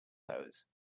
those